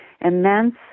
immense